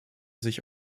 sich